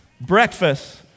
breakfast